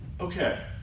Okay